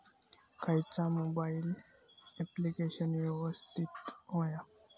खयचा mobile application यवस्तित होया?